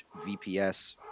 VPS